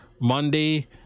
Monday